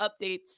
updates